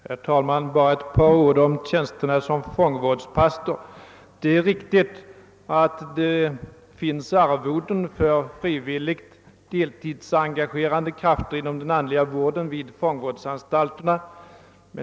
Herr talman! Bara några ord om tjänsterna som fångvårdspastor. Det är riktigt att det finns arvoden för deltidsengagerade krafter inom den andliga vården vid fångvårdsanstalterna.